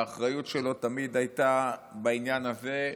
האחריות שלו תמיד הייתה בעניין הזה.